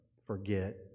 Forget